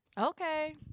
Okay